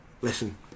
listen